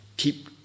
Keep